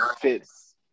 fits